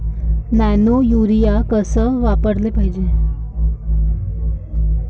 Nano urea कस वापराले पायजे?